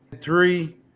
Three